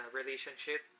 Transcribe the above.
relationship